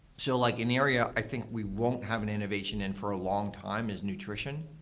so like an area i think we won't have an innovation in for a long time is nutrition.